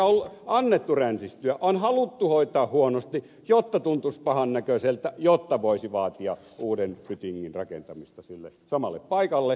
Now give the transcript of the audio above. on annettu ränsistyä on haluttu hoitaa huonosti jotta tuntuisi pahan näköiseltä jotta voisi vaatia uuden pytingin rakentamista sille samalle paikalle